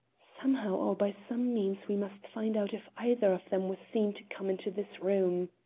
somehow or by some means we must find out if either of them was seen to come into this room.